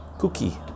Cookie